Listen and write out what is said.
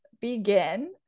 begin